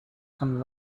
some